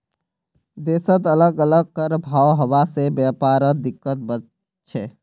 देशत अलग अलग कर भाव हवा से व्यापारत दिक्कत वस्छे